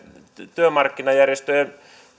työmarkkinajärjestöjen